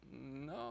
No